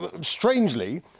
Strangely